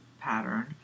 pattern